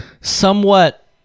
somewhat